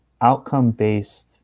outcome-based